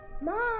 Mom